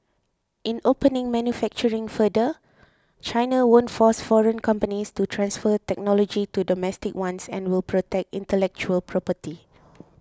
in opening manufacturing further China won't force foreign companies to transfer technology to domestic ones and will protect intellectual property